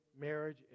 marriage